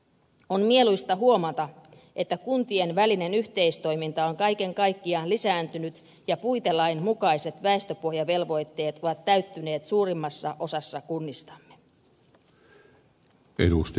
on mieluista huomata että kuntien välinen yhteistoiminta on kaiken kaikkiaan lisääntynyt ja puitelain mukaiset väestöpohjavelvoitteet ovat täyttyneet suurimmassa osassa kunnistamme